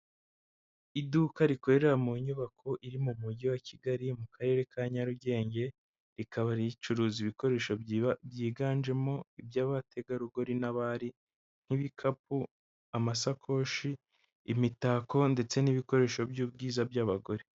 Iduka rikorera mu nyubako iri mu mujyi wa Kigali mu karere ka Nyarugenge, rikaba ricuruza ibikoresho byiganjemo iby'abategarugori n'abari, nk'ibikapu amasakoshi, imitako ndetse n'ibikoresho by'ubwiza by'abagore.